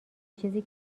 چیزی